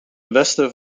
westen